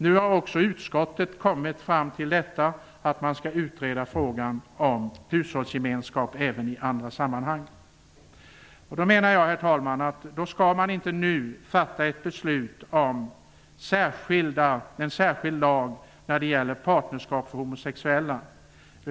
Nu har också utskottet kommit fram till att man skall utreda frågan om hushållsgemenskap även i andra sammanhang. Då menar jag att man inte nu skall fatta ett beslut om en särskild lag om partnerskap för homosexuella.